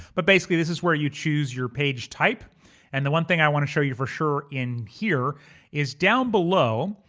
but basically, this is where you choose your page type and the one thing i wanna show you for sure in here is down below,